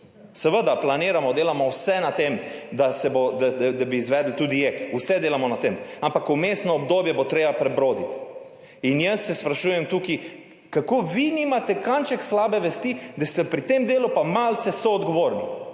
Seveda planiramo, delamo vse na tem, da bi izvedli tudi JEK, vse delamo na tem, ampak vmesno obdobje bo treba prebroditi. Jaz se tukaj sprašujem, kako vi nimate kančka slabe vesti, da ste pri tem delu malce soodgovorni